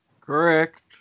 Correct